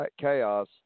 chaos